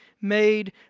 made